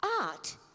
art